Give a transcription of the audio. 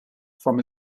from